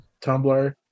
Tumblr